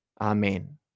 Amen